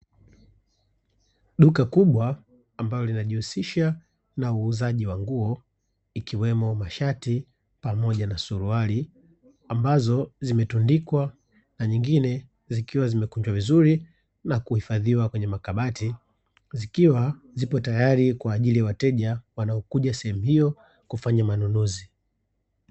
Duka kubwa ambalo linajihushisha na uuzaji wa nguo ikiwemo mashati pamoja na suruali ambazo zimetundikwa, na zingine zikiwa zimekunjwa vizuri na kuhifadhiwa kwenye makabati zikiwa tayari kwa ajili ya wateja wanaokuja sehemu hiyo kufanya manunuzi.